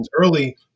early